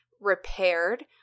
repaired